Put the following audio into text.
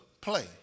play